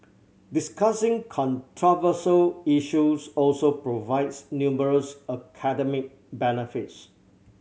discussing controversial issues also provides numerous academic benefits